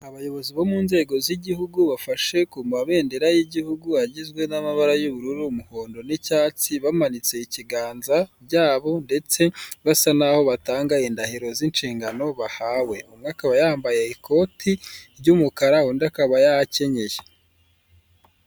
Abayobozi bo mu nzego z'igihugu bafashe ku mabendera y'igihugu agizwe n'amabara y'ubururu, umuhondo n'icyatsi bamanitse ibiganza byabo ndetse basa naho batanga indahiro z'inshingano bahawe, umwe akaba yambaye ikote ry'umukara undi akaba yakenyeye.